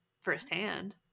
firsthand